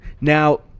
Now